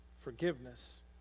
forgiveness